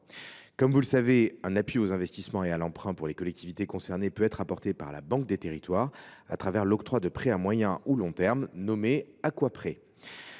Comme vous le savez, un appui aux investissements et à l’emprunt pour les collectivités concernées peut être apporté par la Banque des territoires l’octroi de prêts à moyen terme ou à long terme